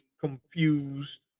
confused